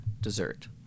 dessert